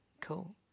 cool